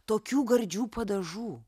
tokių gardžių padažų